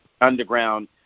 underground